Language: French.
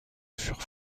furent